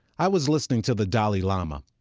i was listening to the dalai lama.